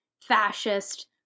fascist